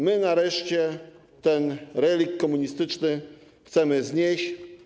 My nareszcie ten relikt komunistyczny chcemy znieść.